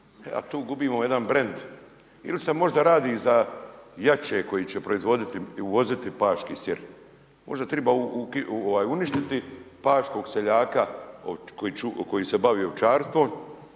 a tu gubimo jedan brand. Ili se možda radi za jače koji će proizvoditi i uvoziti paški sir. Možda treba uništiti paškog seljaka koji se bavi ovčarstvom